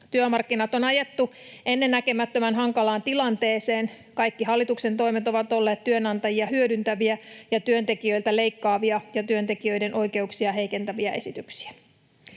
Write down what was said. Työmarkkinat on ajettu ennennäkemättömän hankalaan tilanteeseen, kaikki hallituksen toimet ovat olleet työnantajia hyödyttäviä ja työntekijöiltä leikkaavia ja työntekijöiden oikeuksia heikentäviä esityksiä.